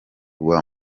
rwa